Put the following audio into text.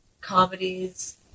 comedies